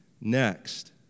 next